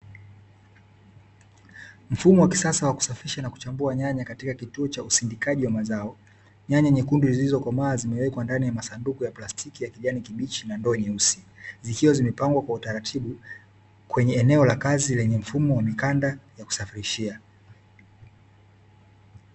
Mfumo wa kisasa wa kusafisha na kuchambua nyanya katika kituo cha usindikaji wa mazao, nyanya nyekundu zilizokomaa zimewekwa ndani ya masanduku ya plastiki ya kijani kibichi na ndo nyeusi zikiwa zimepangwa kwa utaratibu kwenye eneo la kazi lenye mfumo wa mikanda ya kusafirishia .